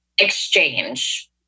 Exchange